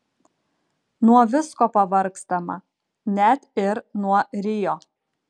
nuo visko pavargstama net ir nuo rio